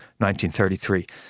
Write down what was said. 1933